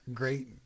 great